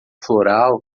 floral